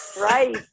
Right